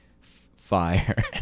fire